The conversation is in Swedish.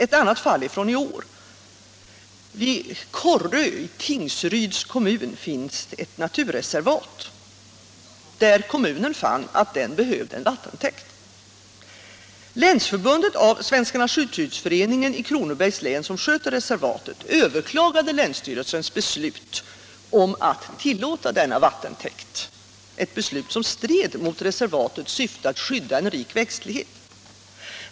Ett annat fall är från i år. Vid Korrö i Tingsryds kommun finns ett naturreservat, där kommunen fann att den behövde en vattentäkt. Länsförbundet av Svenska naturskyddsföreningen i Kronobergs län, som sköter reservatet, överklagade länsstyrelsens beslut att tillåta denna vattentäkt, ett beslut som stred mot reservatets syfte att skydda en rik växtlighet.